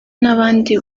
n’abandi